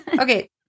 Okay